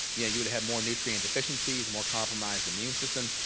yeah you would have more nutrient deficiencies more compromised immune system.